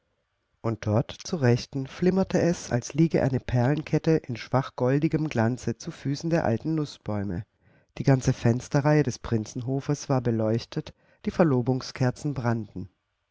und dort zur rechten flimmerte es als liege eine perlenkette in schwach goldigem glanze zu füßen der alten nußbäume die ganze fensterreihe des prinzenhofes war beleuchtet die verlobungskerzen brannten